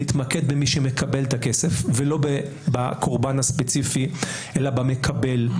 להתמקד במי שמקבל את הכסף ולא בקורבן הספציפי אלא במקבל,